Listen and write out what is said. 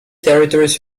territories